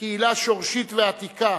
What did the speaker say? קהילה שורשית ועתיקה